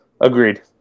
Agreed